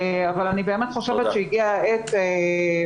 אבל אני באמת חושבת שהגיעה העת עכשיו,